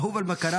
אהוב על מכריו,